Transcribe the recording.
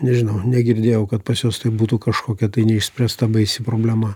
nežinau negirdėjau kad pas juos tai būtų kažkokia tai neišspręsta baisi problema